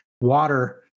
water